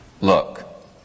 Look